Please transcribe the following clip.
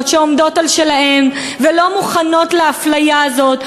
שעומדות על שלהן ולא מוכנות לאפליה הזאת,